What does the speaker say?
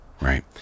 right